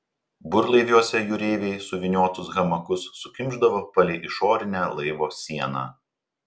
burlaiviuose jūreiviai suvyniotus hamakus sukimšdavo palei išorinę laivo sieną